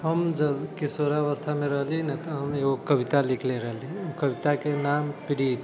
हम जे किशोरावस्थामे रहली ने तऽ हम एगो कविता लिखले रहली ओ कविताके नाम प्रीत